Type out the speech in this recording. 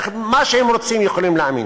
במה שהם רוצים הם יכולים להאמין,